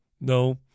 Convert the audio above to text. No